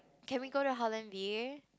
can we go to Holland-V